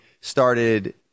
started